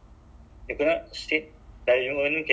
su~ susah nak apa kita